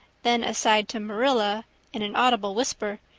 then aside to marilla in an audible whisper,